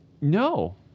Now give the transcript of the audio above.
No